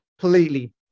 completely